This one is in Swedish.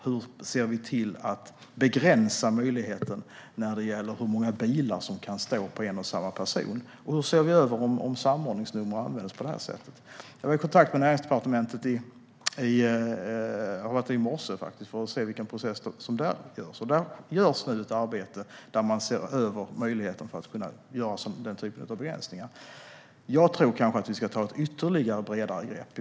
Hur ser vi till att begränsa möjligheterna när det gäller hur många bilar som kan stå på en och samma person, och hur ser vi över om samordningsnummer används på det här sättet? Jag var i kontakt med Näringsdepartementet i morse för att se vilken process som görs där. Där görs nu ett arbete där man ser över möjligheterna att göra den typen av begränsningar. Jag tror att vi ska ta ett ännu bredare grepp.